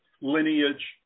lineage